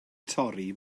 torri